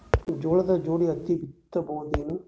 ಜೋಳದ ಜೋಡಿ ಹತ್ತಿ ಬಿತ್ತ ಬಹುದೇನು?